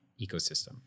ecosystem